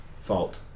fault